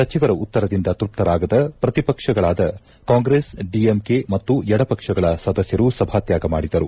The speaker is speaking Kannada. ಸಚಿವರ ಉತ್ತರದಿಂದ ತೃಪ್ತರಾಗದ ಪ್ರತಿಪಕ್ಷಗಳಾದ ಕಾಂಗ್ರೆಸ್ ಡಿಎಂಕೆ ಮತ್ತು ಎಡಪಕ್ಷಗಳ ಸದಸ್ವರು ಸಭಾತ್ಯಾಗ ಮಾಡಿದರು